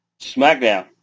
SmackDown